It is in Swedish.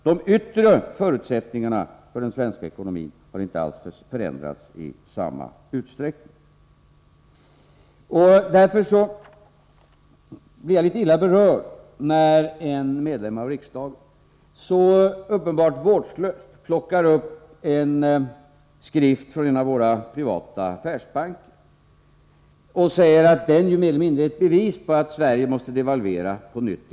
De yttre förutsättningarna för den svenska ekonomin har nämligen inte förändrats i samma utsträckning. Därför blir jag litet illa berörd när en medlem av riksdagen så uppenbart vårdslöst plockar upp en skrift från en av våra privata affärsbanker och säger att den mer eller mindre är ett bevis på att Sverige måste devalvera på nytt.